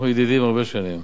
אנחנו ידידים הרבה שנים.